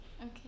Okay